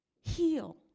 heal